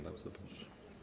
Bardzo proszę.